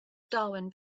darwin